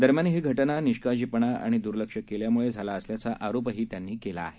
दरम्यान ही घटना निष्काळजीपणा आणि द्र्लक्षकेल्यामुळे झाला असल्याचा आरोपही त्यांनी केला आहे